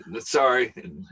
sorry